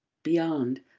beyond.